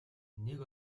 нэг